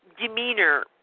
demeanor